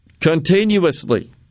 continuously